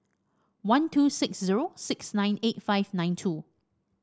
one two six zero six nine eight five nine two